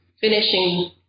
finishing